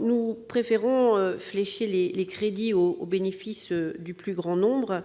Nous préférons flécher les crédits au bénéfice du plus grand nombre,